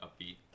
upbeat